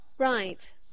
Right